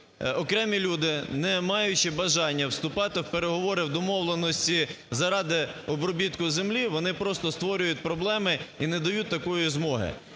окремі люди, не маючи бажання вступати в переговори, домовленості заради обробітку землі, вони просто створюють проблеми і не дають такої змоги.